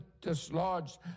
dislodged